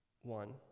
one